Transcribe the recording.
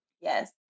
Yes